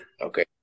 okay